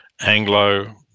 Anglo-